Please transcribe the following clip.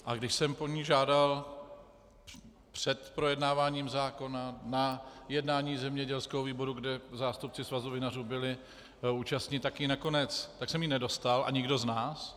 A když jsem ji po nich žádal před projednáváním zákona na jednání zemědělského výboru, kde zástupci Svazu vinařů byli účastni, tak jsem ji nedostal, a nikdo z nás.